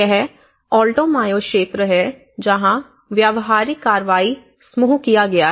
यह Alto Mayo क्षेत्र है जहां व्यावहारिक कार्रवाई समूह किया गया है